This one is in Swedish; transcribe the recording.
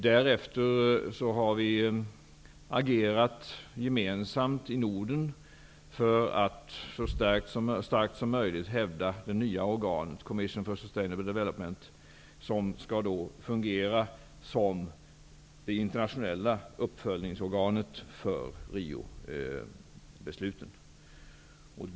Därefter har vi agerat gemensamt i Norden för att så starkt som möjligt hävda det nya organet Commission for Sustainable Development, som skall fungera som det internationella uppföljningsorganet för Riobesluten.